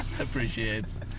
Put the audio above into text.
appreciates